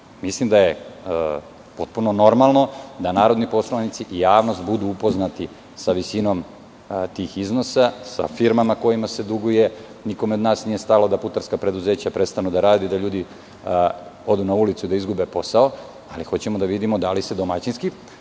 Mislim da je potpuno normalno da narodni poslanici i javnost budu upoznati sa visinom tih iznosa, sa firmama kojima se duguje. Nikome od nas nije stalo da putarska preduzeća prestanu da rade i da ljudi odu na ulice i izgube posao, ali hoćemo da vidimo da li se domaćinski